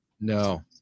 No